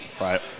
Right